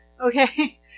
Okay